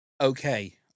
okay